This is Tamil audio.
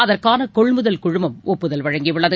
அதற்கான கொள்முதல் குழுமம் ஒப்புதல் வழங்கியுள்ளது